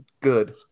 Good